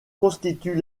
constituent